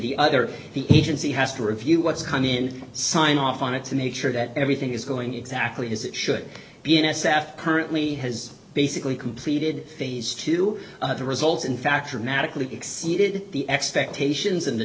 the other the agency has to review what's come in and sign off on it to make sure that everything is going exactly as it should be n s f currently has basically completed phase two the results in fact are magically exceeded the expectations in the